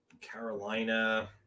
Carolina